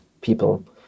people